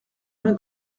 main